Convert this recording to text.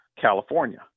California